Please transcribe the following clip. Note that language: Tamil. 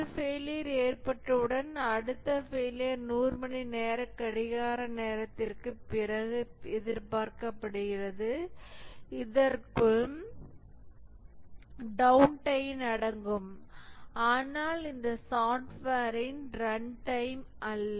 ஒரு ஃபெயிலியர் ஏற்பட்டவுடன் அடுத்த ஃபெயிலியர் 100 மணிநேர கடிகார நேரத்திற்குப் பிறகு எதிர்பார்க்கப்படுகிறது இதற்குள் டவுன் டைம் அடங்கும் ஆனால் இந்த சாப்ட்வேரின் ரன் டைம் அல்ல